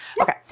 Okay